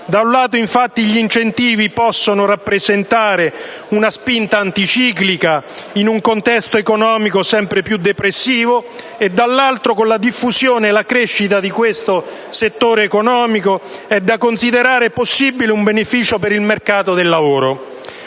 Da un lato, infatti, gli incentivi possono rappresentare una spinta anticiclica in un contesto economico sempre più depressivo e, dall'altro, con la diffusione e la crescita di questo settore economico, è da considerare possibile un beneficio per il mercato del lavoro.